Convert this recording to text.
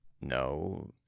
no